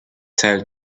tell